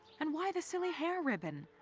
and why the silly hair ribbon?